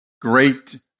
great